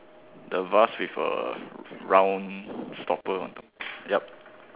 the vase with a round stopper on top yup